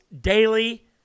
daily